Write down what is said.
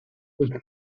with